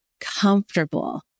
comfortable